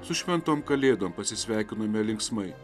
su šventom kalėdom pasisveikinome linksmai